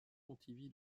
pontivy